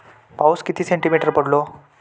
पाऊस किती सेंटीमीटर पडलो?